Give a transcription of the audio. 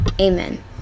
amen